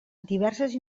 diverses